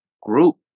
group